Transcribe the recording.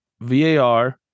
var